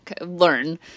learn